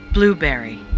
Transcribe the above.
Blueberry